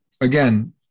again